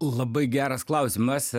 labai geras klausimas